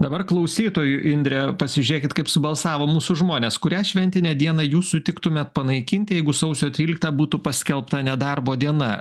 dabar klausytojų indre pasižiūrėkit kaip subalsavo mūsų žmonės kurią šventinę dieną jūs sutiktumėt panaikinti jeigu sausio trylikta būtų paskelbta nedarbo diena